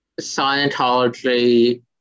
Scientology